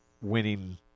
winning